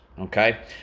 Okay